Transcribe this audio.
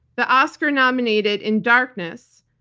the oscar nominated in darkness,